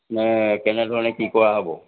নে কেনে ধৰণে কি কৰা হ'ব